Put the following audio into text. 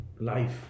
life